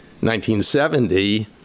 1970